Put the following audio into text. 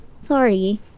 sorry